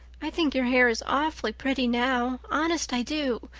i think your hair is awfully pretty now honest i do.